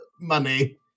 money